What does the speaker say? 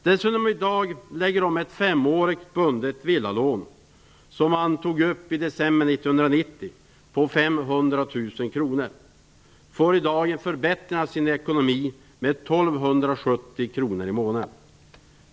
Den som i dag lägger om ett femårigt bundet villalån som togs upp i december 1990 på 500 000 kr får i dag en förbättring av sin ekonomi med 1 270 kr i månaden.